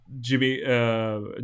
Jimmy